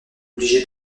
obligé